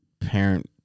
parent